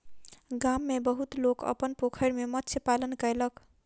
गाम में बहुत लोक अपन पोखैर में मत्स्य पालन कयलक